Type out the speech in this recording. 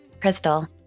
Crystal